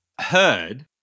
heard